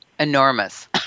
Enormous